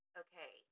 okay